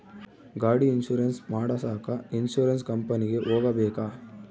ಗಾಡಿ ಇನ್ಸುರೆನ್ಸ್ ಮಾಡಸಾಕ ಇನ್ಸುರೆನ್ಸ್ ಕಂಪನಿಗೆ ಹೋಗಬೇಕಾ?